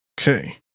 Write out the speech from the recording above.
Okay